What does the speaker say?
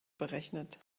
berechnet